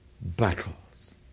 battles